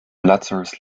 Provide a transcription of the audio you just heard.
lazarus